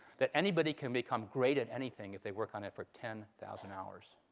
that anybody can become great at anything if they work on it for ten thousand hours.